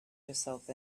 yourself